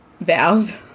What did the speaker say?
vows